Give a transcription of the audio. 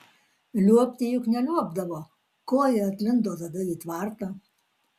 liuobti juk neliuobdavo ko ji atlindo tada į tvartą